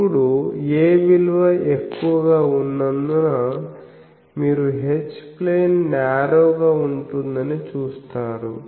ఇప్పుడు 'a' విలువ ఎక్కువ గా ఉన్నందున మీరు H ప్లేన్ న్యారో గా ఉంటుందని చూస్తారు